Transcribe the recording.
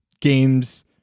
games